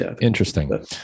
Interesting